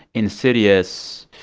insidious